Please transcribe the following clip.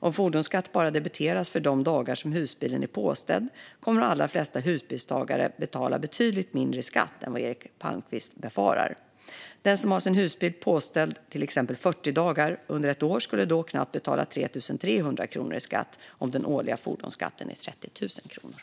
Om fordonsskatt bara debiteras för de dagar som husbilen är påställd kommer de allra flesta husbilsägare betala betydligt mindre skatt än vad Eric Palmqvist befarar. Den som har sin husbil påställd till exempel 40 dagar under ett år skulle då betala knappt 3 300 kronor i skatt om den årliga fordonsskatten är 30 000 kronor.